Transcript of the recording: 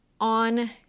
On